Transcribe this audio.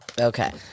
Okay